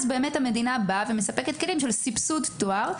המדינה באה ומספקת כלים של סבסוד תואר,